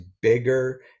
bigger